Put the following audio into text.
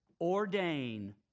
ordain